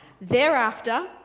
Thereafter